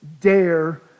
dare